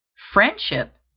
friendship!